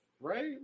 right